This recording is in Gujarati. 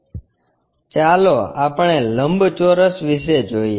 ચાલો આપણે લંબચોરસ વિશે જોઇએ